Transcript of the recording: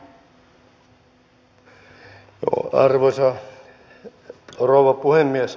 arvoisa rouva puhemies